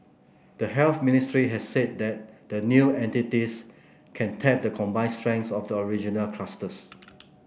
the Health Ministry has said that the new entities can tap the combined strengths of the original clusters